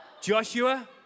Joshua